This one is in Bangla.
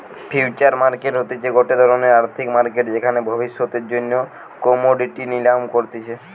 ফিউচার মার্কেট হতিছে গটে ধরণের আর্থিক মার্কেট যেখানে ভবিষ্যতের জন্য কোমোডিটি নিলাম করতিছে